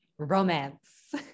Romance